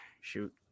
Shoot